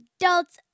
adults